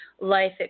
life